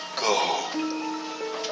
Go